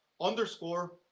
underscore